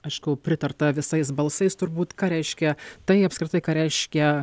aišku pritarta visais balsais turbūt ką reiškia tai apskritai ką reiškia